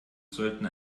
sollten